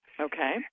okay